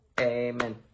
amen